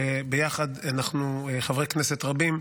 שביחד אנחנו, חברי כנסת רבים,